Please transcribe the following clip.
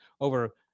over